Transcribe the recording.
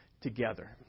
together